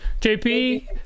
JP